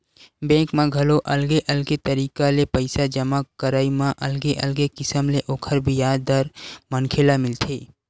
bank म घलो अलगे अलगे तरिका ले पइसा जमा करई म अलगे अलगे किसम ले ओखर बियाज दर मनखे ल मिलथे